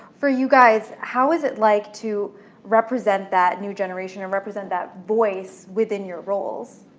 for you guys, how was it like to represent that new generation or represent that voice within your roles?